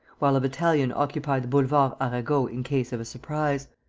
while a battalion occupied the boulevard arago in case of a surprise.